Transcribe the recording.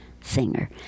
singer